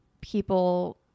people